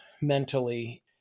mentally